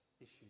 issues